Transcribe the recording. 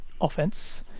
offense